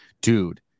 dude